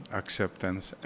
acceptance